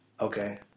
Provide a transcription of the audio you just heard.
Okay